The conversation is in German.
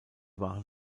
waren